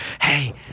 Hey